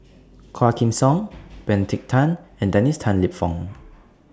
Quah Kim Song Benedict Tan and Dennis Tan Lip Fong